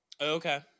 Okay